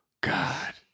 God